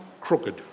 crooked